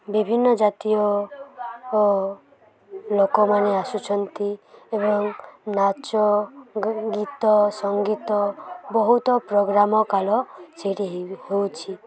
ବିଭିନ୍ନ ଜାତୀୟ ଲୋକମାନେ ଆସୁଛନ୍ତି ଏବଂ ନାଚ ଗୀତ ସଙ୍ଗୀତ ବହୁତ ପ୍ରୋଗ୍ରାମ୍ କଲ୍ ସେଠି ହେଉଛି